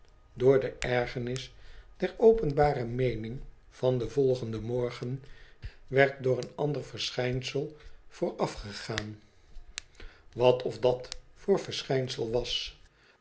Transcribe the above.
door de ergernis der openbare meening van den volgenden morgen werd door oen ander verschijnsel voorafgegaan wat een beiziger die geen handel dei j ft of dat verschijnsel was